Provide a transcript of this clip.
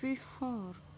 بہار